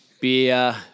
beer